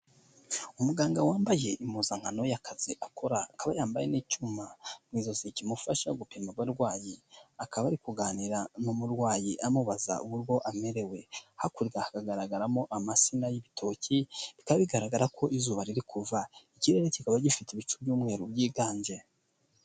Umuganga wambaye impuzankano y'akazi akora, akaba yambaye n'icyuma mu ijosi kimufasha gupima abarwayi. Akaba ari kuganira n'umurwayi amubaza uburyo amerewe. Hakurya hakagaragaramo amansina y'ibitoki, bikaba bigaragara ko izuba riri kuva. Ikirere kikaba gifite ibicu by'umweru byiganje.